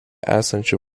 esančių